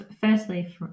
firstly